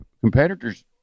competitors